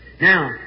Now